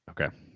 Okay